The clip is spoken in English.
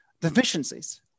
deficiencies